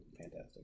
fantastic